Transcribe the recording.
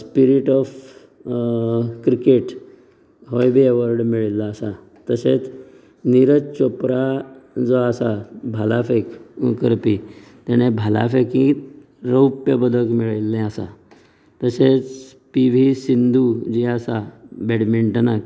spirit of cricket होय बी award मेळिल्लो आसा तशेंच निरज चोप्रा जो आसा भाला फेक करपी तेंणे भाला फेकींत रौप्य पदक मेळयल्लें आसा तशेंच पि वी सिंधू जी आसा बॅडमिण्टनांत